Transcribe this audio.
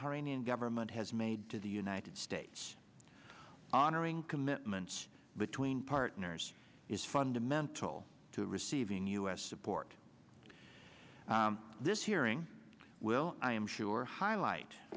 bahraini government has made to the united states honoring commitments between partners is fundamental to receiving us support this hearing will i am sure highlight